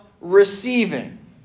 receiving